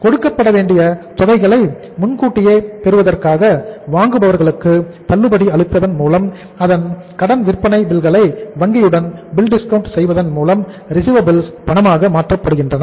கொடுக்கப்பட வேண்டிய தொகைகளை முன்கூட்டியே பெறுவதற்காக வாங்குபவர்களுக்கு தள்ளுபடி அளிப்பதன் மூலம் அல்லது அந்த கடன் விற்பனை பில்களை வங்கியுடன் பில் டிஸ்கவுண்ட் பணமாக மாற்றப்படுகின்றன